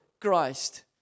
Christ